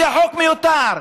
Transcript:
זה חוק מיותר,